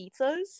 pizzas